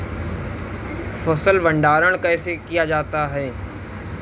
फ़सल भंडारण कैसे किया जाता है?